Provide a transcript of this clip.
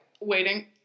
waiting